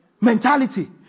mentality